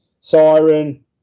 siren